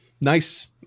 Nice